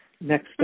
Next